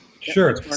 Sure